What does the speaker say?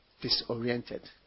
disoriented